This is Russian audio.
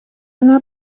она